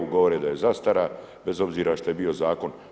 Govore da je zastara bez obzira što je bio zakon.